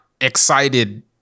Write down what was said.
excited